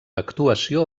actuació